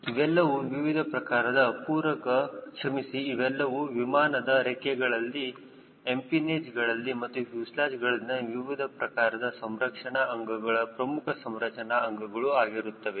ಇವೆಲ್ಲವೂ ವಿವಿಧ ಪ್ರಕಾರದ ಪೂರಕ ಕ್ಷಮಿಸಿ ಇವೆಲ್ಲವೂ ವಿಮಾನದ ರೆಕ್ಕೆಗಳಲ್ಲಿ ಎಂಪಿನೇಜಗಳಲ್ಲಿ ಮತ್ತು ಫ್ಯೂಸೆಲಾಜ್ಗಳಲ್ಲಿನ ವಿವಿಧ ಪ್ರಕಾರದ ಸಂರಕ್ಷಣಾ ಅಂಗಗಳು ಪ್ರಮುಖ ಸಂರಚನಾ ಅಂಗಗಳು ಆಗಿರುತ್ತದೆ